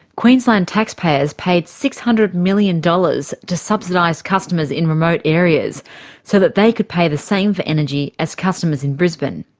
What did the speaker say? queensland taxpayers paid six hundred million dollars to subsidise customers in remote areas so that they could pay the same for energy as customers in brisbane.